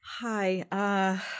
Hi